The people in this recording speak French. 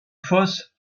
fosse